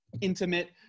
intimate